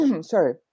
Sorry